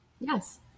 Yes